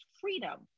freedom